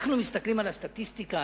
אנחנו מסתכלים על הסטטיסטיקה,